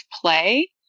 play